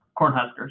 Cornhuskers